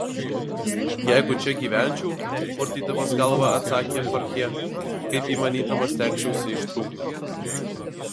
jeigu čia gyvenčiau purtydamas galvą atsakė chorchė kaip įmanydamas stengčiausi ištrūkti